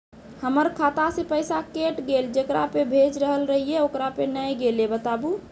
हमर खाता से पैसा कैट गेल जेकरा पे भेज रहल रहियै ओकरा पे नैय गेलै बताबू?